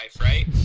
right